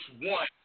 one